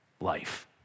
life